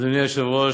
אדוני היושב-ראש,